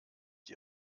die